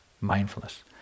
mindfulness